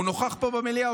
והוא נוכח פה במליאה,